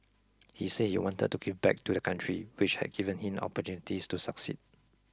he said he wanted to give back to the country which had given him opportunities to succeed